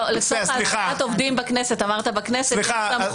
לצורך העסקת עובדים בכנסת יש סמכות